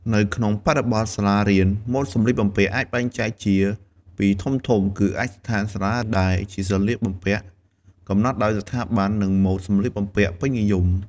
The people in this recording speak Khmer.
នៅក្នុងបរិបទសាលារៀន ម៉ូដសម្លៀកបំពាក់អាចបែងចែកជាពីរធំៗ គឺឯកសណ្ឋានសាលាដែលជាសម្លៀកបំពាក់កំណត់ដោយស្ថាប័ន និងម៉ូដសម្លៀកបំពាក់ពេញនិយម។